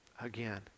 Again